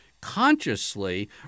consciously